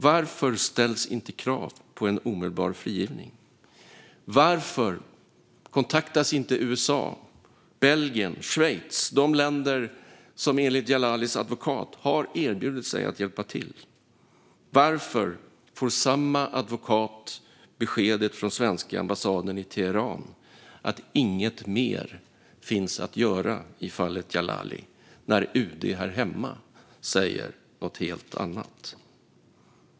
Varför ställs inte krav på en omedelbar frigivning? Varför kontaktas inte USA, Belgien och Schweiz, de länder som enligt Djalalis advokat har erbjudit sig att hjälpa till? Varför får samma advokat beskedet från svenska ambassaden i Teheran att inget mer finns att göra i fallet Djalali, när UD här hemma säger något helt annat?